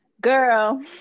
Girl